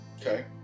Okay